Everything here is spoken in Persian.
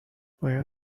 باید